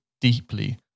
deeply